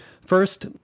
First